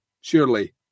Surely